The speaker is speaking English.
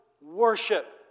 worship